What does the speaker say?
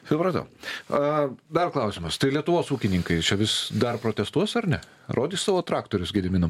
supratau a dar klausimas tai lietuvos ūkininkai čia vis dar protestuos ar ne rodys savo traktorius gediminam